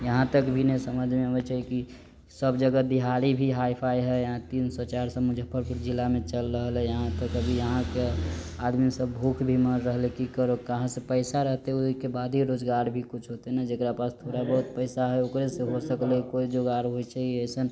यहाँतक भी नै समझ मे अबै छै की सब जगह दिहाड़ी भी हाय फाय है तीन सौ चार सौ मुजफ्फरपुर जिला मे चल रहल है यहाँ त कभी यहाँक आदमी सब भूख भी मर रहल है की करू कहाँ सँ पैसा रहतै ओइकेबादे रोजगार भी कुछ होतै न जेकरा पास थोड़ा बहुत पैसा है ओकरे सँ हो सकलै कोइ जोगार होइ छै अइसन